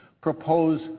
propose